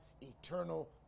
eternal